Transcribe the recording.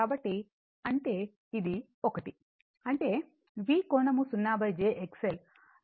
కాబట్టి అంటే ఇది ఒకటి అంటే V కోణం 0 jXL V కోణం 0 XL 900